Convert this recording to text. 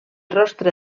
rostre